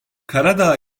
karadağ